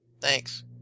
Thanks